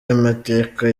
y’amateka